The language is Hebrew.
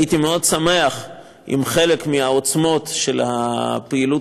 הייתי מאוד שמח אם חלק מהעוצמות של הפעילות